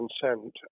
consent